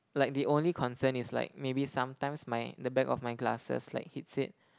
like the only concern is like maybe sometimes my the back of my glasses like hits it